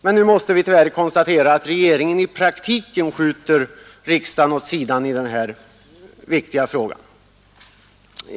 Men nu måste vi tyvärr konstatera, att regeringen i praktiken skjuter riksdagen åt sidan i den här viktiga frågan.